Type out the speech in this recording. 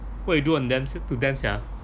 what do you do on them to them sia